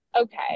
okay